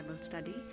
study